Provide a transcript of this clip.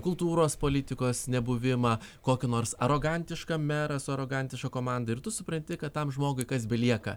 kultūros politikos nebuvimą kokį nors arogantišką merą su arogantiška komanda ir tu supranti kad tam žmogui kas belieka